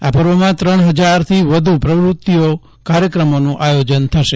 આ પર્વમાં ત્રણ હજારથી વધુ પ્રવૃત્તિઓ કાર્યક્રમોનું આયોજન થશે